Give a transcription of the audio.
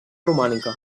romànica